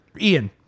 Ian